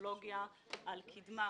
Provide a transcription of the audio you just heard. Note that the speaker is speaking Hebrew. טכנולוגיה על קידמה